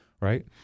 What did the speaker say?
Right